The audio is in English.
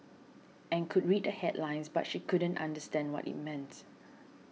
and could read the headlines but she couldn't understand what it meant